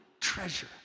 treasure